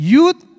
Youth